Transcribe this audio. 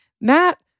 Matt